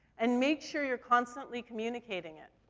and make sure you are constantly communicating it.